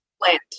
plant